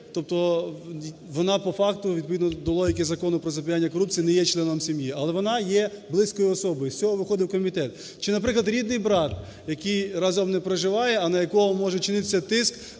вона по факту, відповідно до логіки Закону про запобігання корупції не є членом сім'ї, але вона є близькою особою, і з цього виходив комітет. Чи, наприклад, рідний брат, який разом не проживає, а на якого може чинитися тиск,